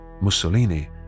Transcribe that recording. Mussolini